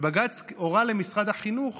ובג"ץ הורה למשרד החינוך